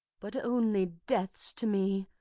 but only death's to me,